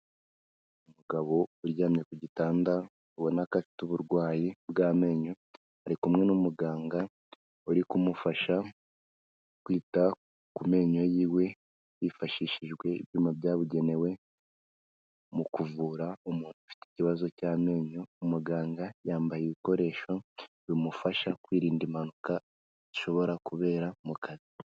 Umugabo uryamye ku gitanda ubona ko afite uburwayi bw'amenyo, ari kumwe n'umuganga uri kumufasha kwita ku menyo yiwe, hifashishijwe ibyuma byabugenewe mu kuvura umuntu ufite ikibazo cy'amenyo, umuganga yambaye ibikoresho bimufasha kwirinda impanuka ishobora kubera mu kazi.